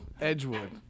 Edgewood